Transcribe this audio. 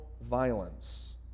violence